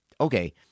okay